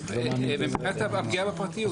ומבחינת הפגיעה בפרטיות.